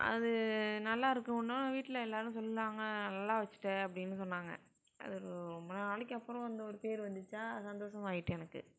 அது நல்லா இருக்குனோடனே வீட்டில் எல்லோரும் சொன்னாங்க நல்லா வெச்சுட்ட அப்படின்னு சொன்னாங்க அது ரொம்ப நாளைக்கு அப்புறம் அந்த ஒரு பேர் வந்திடுச்சா சந்தோஷமா ஆகிட்டு எனக்கு